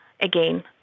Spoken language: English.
again